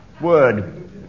Word